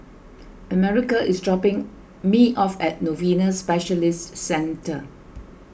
America is dropping me off at Novena Specialist Centre